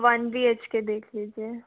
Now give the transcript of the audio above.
one B H K देख लीजिए